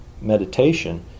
meditation